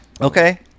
Okay